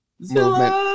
movement